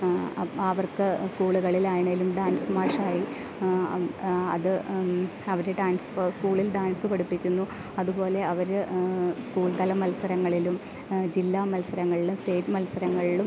അവർക്ക് സ്കൂളുകളിൽ ആണെങ്കിലും ഡാൻസ് മാഷായി ആ അത് അവർ ഡാൻസ് സ്കൂളിൽ ഡാൻസ് പഠിപ്പിക്കുന്നു അതുപോലെ അവർ സ്കൂൾ തല മത്സരങ്ങളിലും ജില്ലാ മത്സരങ്ങൾള് സ്റ്റേറ്റ് മത്സരങ്ങളും